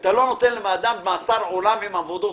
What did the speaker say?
אתה לא נותן לאדם מאסר עולם עם עבודות